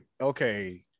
okay